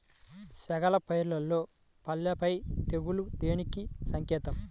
చేగల పైరులో పల్లాపై తెగులు దేనికి సంకేతం?